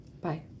Bye